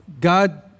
God